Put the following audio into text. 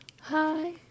Hi